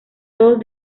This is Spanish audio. todos